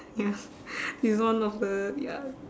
ya this is one of the ya